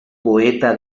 poeta